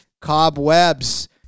cobwebs